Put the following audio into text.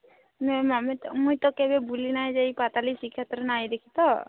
ନାଇଁ ଆମେ ତ ମୁଇଁ ତ କେବେ ବୁଲି ନାଇଁ ଯାଇ ପାତାଲି ଶ୍ରୀକ୍ଷେତ୍ର ନାଇଁ ଦେଖି ତ